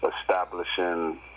establishing